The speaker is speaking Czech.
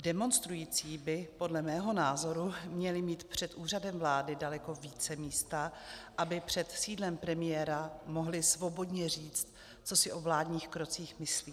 Demonstrující by podle mého názoru měli mít před Úřadem vlády daleko více místa, aby před sídlem premiéra mohli svobodně říct, co si o vládních krocích myslí.